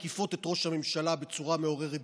מקיפות את ראש הממשלה בצורה מעוררת דאגה,